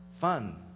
fun